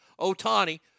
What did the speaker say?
Otani